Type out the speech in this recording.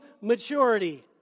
maturity